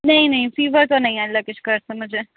نہیں نہیں فِیور تو نہیں ہے اللہ کے شُکر سے مجھے